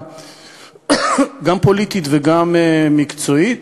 הפוליטית וגם המקצועית,